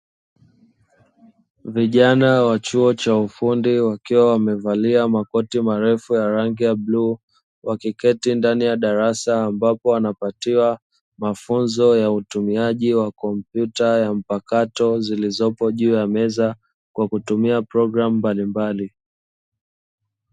Vijana wa chuo cha ufundi wakiwa wamevalia makoti marefu ya rangi ya bluu, wakiketi ndani ya darasa ambapo wanapatiwa mafunzo ya utumiaji wa kompyuta ya mpakato zilizopo juu ya meza kwa kutumia programu mbalimbali.